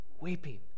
weeping